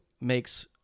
makes